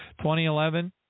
2011